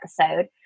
episode